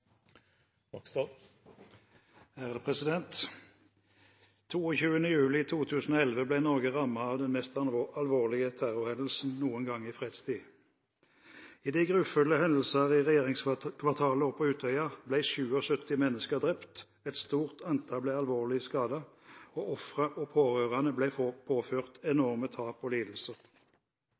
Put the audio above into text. juli 2011 ble Norge rammet av den mest alvorlige terrorhendelsen noen gang i fredstid. I de grufulle hendelser i regjeringskvartalet og på Utøya ble 77 mennesker drept, et stort antall ble alvorlig skadet, og ofre og pårørende ble påført enorme tap og lidelser.